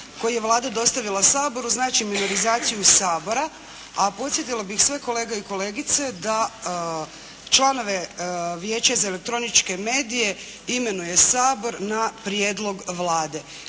koji je Vlada dostavila Saboru znači minorizaciju Sabora. A podsjetila bih sve kolege i kolegice da članove Vijeća za elektroničke medije imenuje Sabor na prijedlog Vlade.